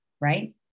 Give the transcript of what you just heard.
right